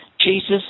Jesus